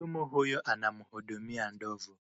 Mhudumu huyu anamhudumia ndovu.